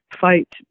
fight